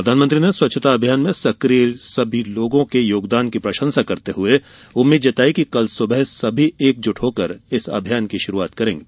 प्रधानमंत्री ने स्वच्छता अभियान में सक्रिय सभी लोगों के योगदान की प्रशंसा करते हुए उम्मीद जताई कि कल सुबह सभी एकजुट होकर इस अभियान की शुरुआत करेंगे